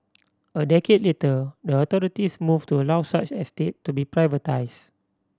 a decade later the authorities moved to allow such estate to be privatised